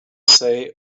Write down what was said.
say